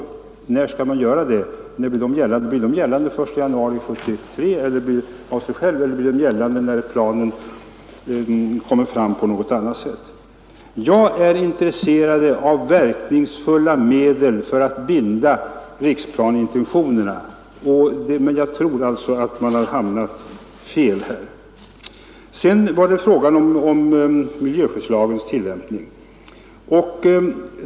Blir sådana beslut gällande av sig själva den 1 januari 1973 eller blir de gällande när planen kommer fram på något annat sätt? Jag är intresserad av verkningsfulla medel för att binda riksplaneintentionerna, men jag tror att man nu har hamnat på en felaktig ståndpunkt. Sedan var det frågan om miljöskyddslagens tillämpning.